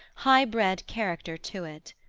high-bred character to it.